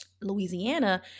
Louisiana